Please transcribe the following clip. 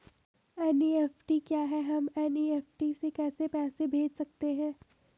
NEFT क्या है हम एन.ई.एफ.टी से कैसे पैसे भेज सकते हैं?